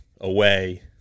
away